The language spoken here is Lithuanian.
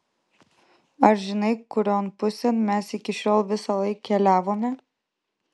ar žinai kurion pusėn mes iki šiol visąlaik keliavome